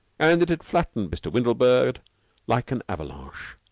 and it had flattened mr. windlebird like an avalanche.